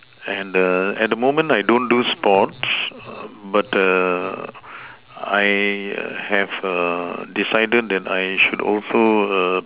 and the at the moment I don't do sports but I have decided that I should also